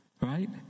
Right